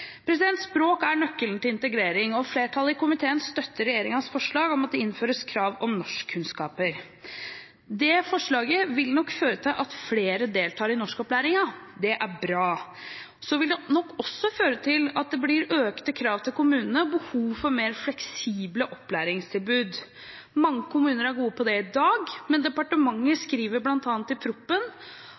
etterpå. Språk er nøkkelen til integrering, og flertallet i komiteen støtter regjeringens forslag om at det innføres krav om norskkunnskaper. Det forslaget vil nok føre til at flere deltar i norskopplæringen – det er bra. Det vil nok også føre til at det blir økte krav til kommunene og behov for mer fleksible opplæringstilbud. Mange kommuner er gode på det i dag, men departementet skriver bl.a. i